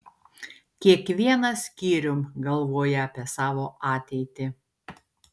kiekvienas skyrium galvoja apie savo ateitį